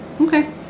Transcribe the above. Okay